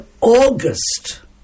August